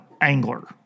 angler